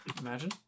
imagine